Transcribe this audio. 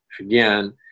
again